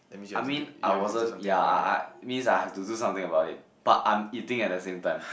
I mean I wasn't ya I I I means I have to do something about it but I'm eating at the same time